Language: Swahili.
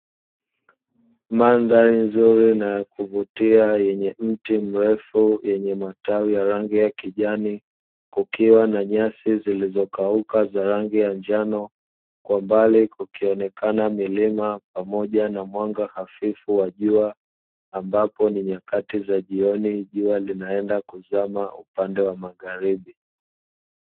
Mandhari nzuri na kuvutia yenye mti mrefu yenye matawi ya rangi ya kijani, kukiwa na nyasi zilizokauka za rangi ya njano, kwa mbali kukionekana milima pamoja na mwanga hafifu wa jua, ambapo ni nyakati za jioni jua linaenda kuzama upande wa magharibi.